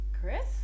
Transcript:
Chris